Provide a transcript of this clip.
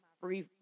free